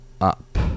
up